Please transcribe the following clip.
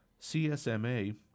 CSMA